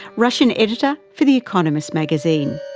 russian editor for the economist magazine.